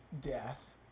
death